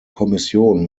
kommission